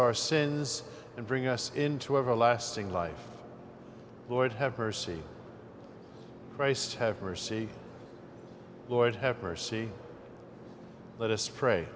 our sins and bring us into everlasting life lord have mercy rice have mercy lord have mercy let us pray